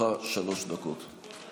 לרשותך שלוש דקות.